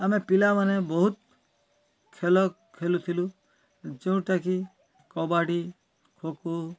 ଆମେ ପିଲାମାନେ ବହୁତ ଖେଲ ଖେଲୁଥିଲୁ ଯେଉଁଟାକି କବାଡ଼ି ଖୋକୋ